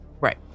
Right